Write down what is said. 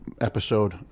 episode